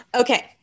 Okay